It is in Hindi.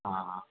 हाँ हाँ